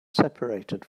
seperated